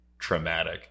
traumatic